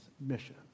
mission